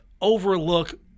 Overlook